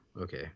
okay